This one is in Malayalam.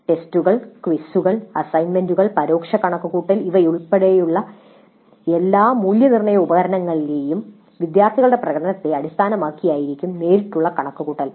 ടെസ്റ്റുകൾ ക്വിസുകൾ അസൈൻമെന്റുകൾ പരോക്ഷ കണക്കുകൂട്ടൽ എന്നിവയുൾപ്പെടെ എല്ലാ മൂല്യനിർണ്ണയ ഉപകരണങ്ങളിലെയും വിദ്യാർത്ഥികളുടെ പ്രകടനത്തെ അടിസ്ഥാനമാക്കിയായിരിക്കും നേരിട്ടുള്ള കണക്കുകൂട്ടൽ